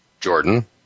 Jordan